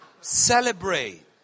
celebrate